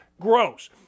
Gross